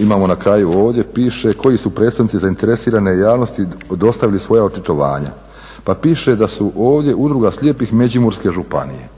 imamo na kraju ovdje piše koji su predstavnici zainteresirane javnosti dostavili svoja očitovanja. Pa piše da su ovdje Udruga slijepih Međimurske županije.